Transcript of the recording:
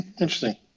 Interesting